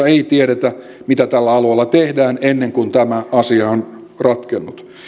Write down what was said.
ei tiedetä mitä tällä alueella tehdään ennen kuin tämä asia on ratkennut